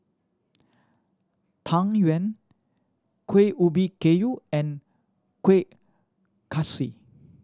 Tang Yuen Kuih Ubi Kayu and Kueh Kaswi